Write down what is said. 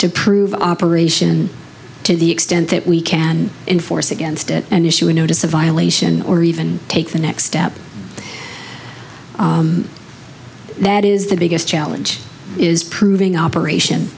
to prove operation to the extent that we can enforce against it and issue a notice a violation or even take the next step that is the biggest challenge is proving operation